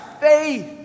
faith